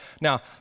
Now